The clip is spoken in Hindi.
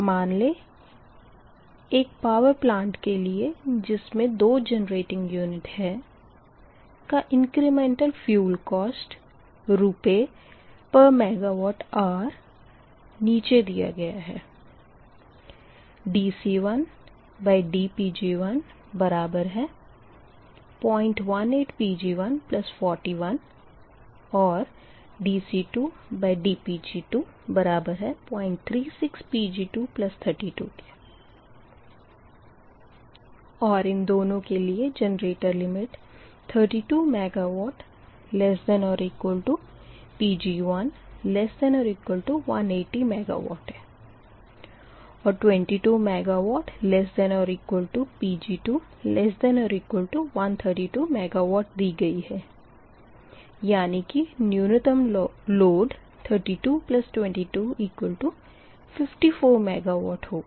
मान लें एक पावर प्लांट के लिए जिसमें दो जनरेटिंग यूनिट है का इंक्रिमेंटल फ़ियूल कोस्ट रुपये पर मेगावॉट आर नीचे दिया गया है dC1dPg1018 Pg141 और dC2dPg2036Pg232 और इन दोनों के लिए जनरेटर लिमिट 32 MW≤Pg1≤180 MW और 22 MW≤Pg2≤130 MW दी गई है यानी कि न्यूनतम लोड 32 2254 MW होगा